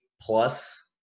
plus